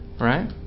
right